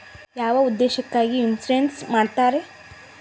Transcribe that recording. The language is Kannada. ಯಾವ ಉದ್ದೇಶಕ್ಕಾಗಿ ಇನ್ಸುರೆನ್ಸ್ ಮಾಡ್ತಾರೆ?